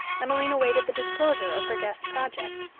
emmeline awaited the disclosure of her guest's project,